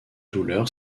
douleur